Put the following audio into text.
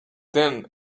then